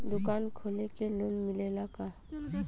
दुकान खोले के लोन मिलेला का?